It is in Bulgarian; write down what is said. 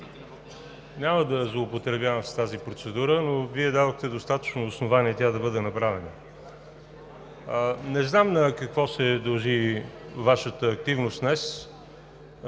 Няма да злоупотребявам с тази процедура, но Вие дадохте достатъчно основание тя да бъде направена. Не знам на какво се дължи Вашата активност днес